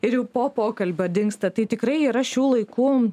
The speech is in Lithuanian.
ir jau po pokalbio dingsta tai tikrai yra šių laikų